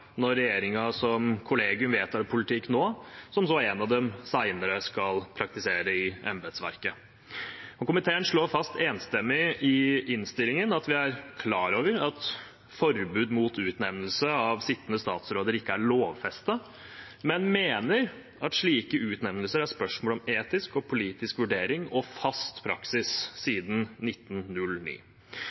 når regjeringen som kollegium nå vedtar en politikk som en av dem senere skal praktisere i embetsverket. Komiteen slår enstemmig fast i innstillingen at vi er klar over at forbud mot utnevnelse av sittende statsråder ikke er lovfestet, men mener at slike utnevnelser er et spørsmål om etisk og politisk vurdering og fast praksis siden 1909.